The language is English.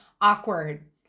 awkward